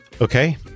okay